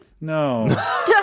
No